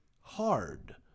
hard